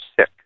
sick